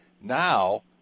Now –